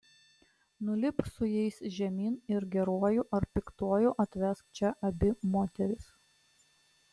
nulipk su jais žemyn ir geruoju ar piktuoju atvesk čia abi moteris